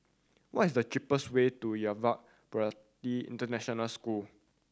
what is the cheapest way to Yuva Bharati International School